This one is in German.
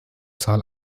zahl